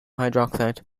hydroxide